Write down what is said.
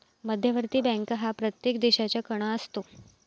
मध्यवर्ती बँक हा प्रत्येक देशाचा कणा असतो